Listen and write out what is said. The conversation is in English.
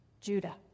Judah